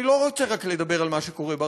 אני לא רוצה רק לדבר על מה שקורה בארצות-הברית,